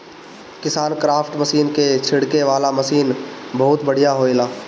KisanKraft machine के छिड़के वाला मशीन बहुत बढ़िया होएला